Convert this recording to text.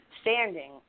standing